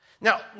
Now